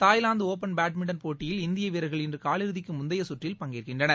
தாய்வாந்து Open badminton போட்டியில் இந்திய வீரர்கள் இன்று காலிறுதிக்கு முந்தைய சுற்றில் பங்கேற்கின்றனர்